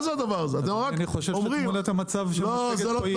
אני חושב שתמונת המצב שמוצגת פה רחוקה מהמציאות.